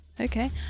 okay